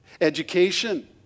education